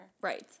Right